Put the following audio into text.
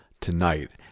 Tonight